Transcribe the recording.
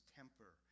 temper